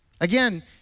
Again